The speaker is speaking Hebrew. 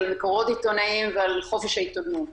על מקורות עיתונאיים ועל חופש העיתונות.